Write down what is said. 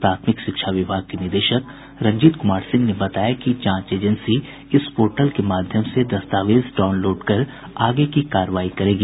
प्राथमिक शिक्षा विभाग के निदेशक रंजीत कुमार सिंह ने बताया कि जांच एजेंसी इस पोर्टल के माध्यम से दस्तावेज डाउनलोड कर आगे की कार्रवाई करेगी